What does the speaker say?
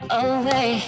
away